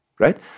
right